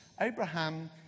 Abraham